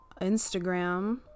Instagram